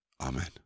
Amen